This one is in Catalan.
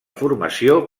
formació